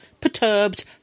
perturbed